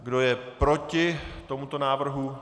Kdo je proti tomuto návrhu?